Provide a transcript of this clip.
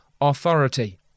authority